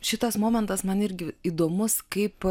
šitas momentas man irgi įdomus kaip